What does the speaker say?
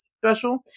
special